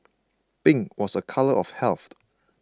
pink was a colour of health